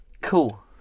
cool